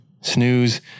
snooze